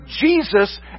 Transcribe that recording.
Jesus